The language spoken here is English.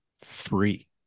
free